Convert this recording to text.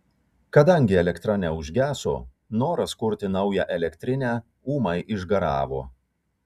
kadangi elektra neužgeso noras kurti naują elektrinę ūmai išgaravo